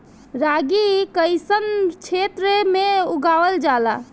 रागी कइसन क्षेत्र में उगावल जला?